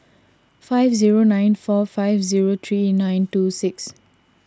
five zero nine four five zero three nine two six